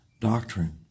doctrine